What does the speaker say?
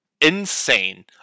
insane